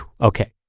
Okay